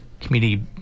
Community